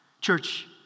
Church